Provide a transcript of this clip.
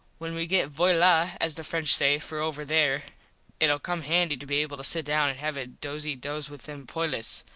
when we get voila as the french say for over there itll come handy to be able to sit down and have a dosy dos with them poilus.